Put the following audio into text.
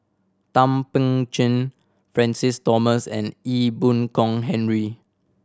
Thum Ping Tjin Francis Thomas and Ee Boon Kong Henry